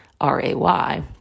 R-A-Y